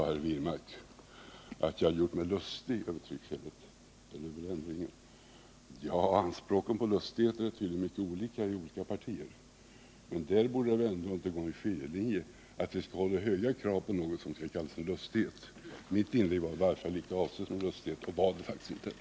Herr Wirmark sade att jag gjort mig lustig över tryckfelet. Anspråken på lustigheter är tydligen mycket olika i olika partier. Men det borde väl inte vara någon skiljelinje att vi skall ställa krav på något som skall kallas lustighet. Mitt inlägg var i varje fall inte avsett som någon lustighet och var det inte heller.